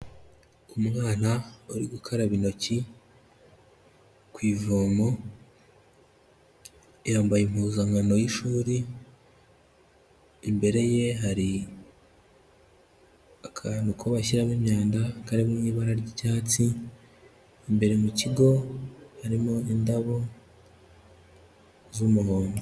Umwana uri gukaraba intoki ku ivomo, yambaye impuzankano y'ishuri, imbere ye hari akantu ko bashyiramo imyanda kari mu ibara ry'icyatsi, imbere mu kigo harimo indabo z'umuhondo.